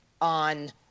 on